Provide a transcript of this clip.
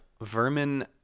Vermin